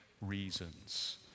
reasons